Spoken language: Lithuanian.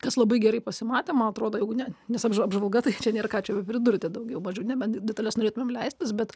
tas labai gerai pasimatė man atrodo jeigu ne nes apžvalga tai čia nėr ką čia pridurti daugiau mažiau nebent į detales norėtumėm leistis bet